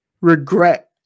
regret